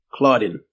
Claudin